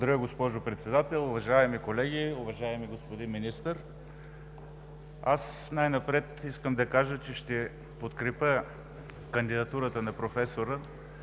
Благодаря, госпожо Председател. Уважаеми колеги, уважаеми господин Министър! Най-напред искам да кажа, че ще подкрепя кандидатурата на професора